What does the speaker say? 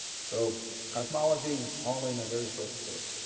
so cosmology all in a very short story.